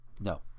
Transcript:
No